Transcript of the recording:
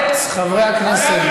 חברי הכנסת,